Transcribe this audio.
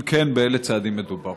3. אם כן, באילו צעדים מדובר?